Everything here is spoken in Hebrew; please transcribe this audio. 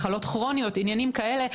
מחלות כרוניות ועניינים כאלה,